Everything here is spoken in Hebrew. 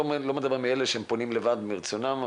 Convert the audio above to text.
אני לא מדבר על אלה שפונים לבד מרצונם,